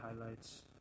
highlights